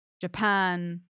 Japan